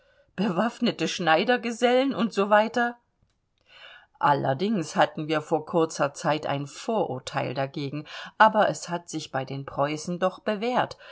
bewaffnete schneidergesellen und so weiter allerdings hatten wir vor kurzer zeit ein vorurteil dagegen aber es hat sich bei den preußen doch bewährt